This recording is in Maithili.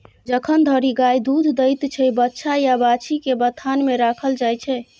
जखन धरि गाय दुध दैत छै बछ्छा या बाछी केँ बथान मे राखल जाइ छै